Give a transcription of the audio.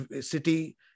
city